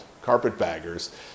carpetbaggers